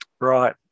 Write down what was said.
Right